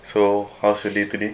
so how's your day today